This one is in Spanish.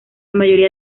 mayoría